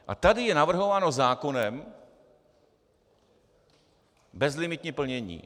A tady je navrhováno zákonem bezlimitní plnění.